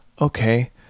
okay